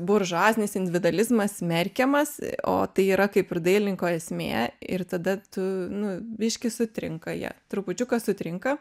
buržuazinis individualizmas smerkiamas o tai yra kaip ir dailininko esmė ir tada tu nu biški sutrinka jie trupučiuką sutrinka